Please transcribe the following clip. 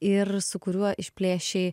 ir su kuriuo išplėšei